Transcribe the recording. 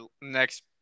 next